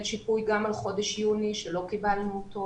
שיפוי גם על חודש יוני ולא קיבלנו אותו